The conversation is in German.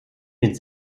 mit